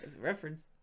Reference